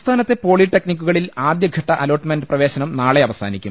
സംസ്ഥാനത്തെ പോളിടെക്നിക്കുകളിൽ ആദ്യഘട്ട അലോ ട്ട്മെന്റ് പ്രവേശനം നാളെ അവസാനിക്കും